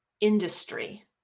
industry